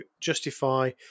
justify